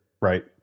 Right